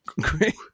great